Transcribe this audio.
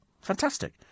Fantastic